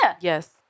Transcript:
yes